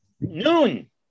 noon